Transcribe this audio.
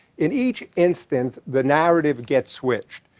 in each instance, the narrative gets switched.